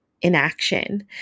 inaction